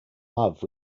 love